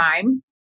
time